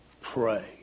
pray